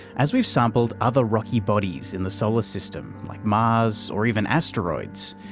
as we've sampled other rocky bodies in the solar system, like mars or even asteroids,